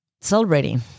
celebrating